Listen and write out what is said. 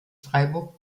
freiburg